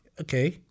okay